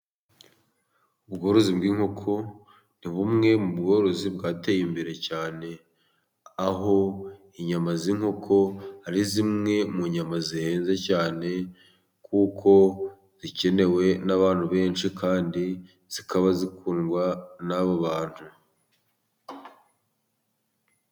Ubworozi bw'inkoko, ni bumwe mu bworozi bwateye imbere cyane, aho inyama z'inkoko ari zimwe mu nyama zihenze cyane, kuko zikenewe n'abantu benshi kandi zikaba zikundwa n'abo bantu.